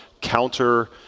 counter-